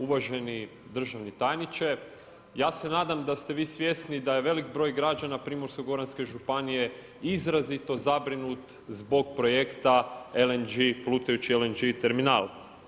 Uvaženi državni tajniče, ja se nadam da ste vi svjesni, da je veliki broj građana Primorsko goranske županije izrazito zabrinut zbog projekta plutajući LNG terminal.